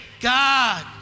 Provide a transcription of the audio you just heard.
God